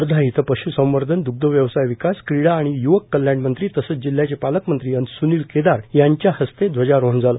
वर्धा इथं पश् संवर्धन द्रग्ध व्यवसाय विकास क्रिडा आणि य्वक कल्याण मंत्री तसचं जिल्ह्याचे पालकमंत्री सुनील केदार यांच्या हस्ते ध्वजारोहण झालं